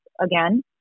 again